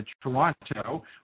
Toronto